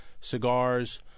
cigars